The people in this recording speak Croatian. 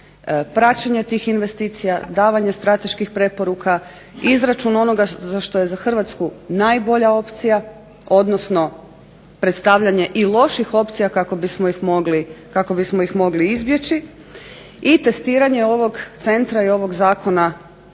praćenje tih investicija, davanje strateških preporuka, izračun onoga što je za Hrvatsku najbolja opcija odnosno predstavljanje i loših opcija kako bismo ih mogli izbjeći i testiranje ovog centra i ovog zakona